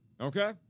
Okay